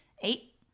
eight